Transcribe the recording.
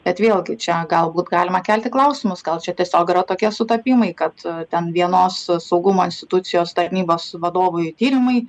bet vėlgi čia galbūt galima kelti klausimus gal čia tiesiog yra tokie sutapimai kad ten vienos saugumo institucijos tarnybos vadovui tyrimai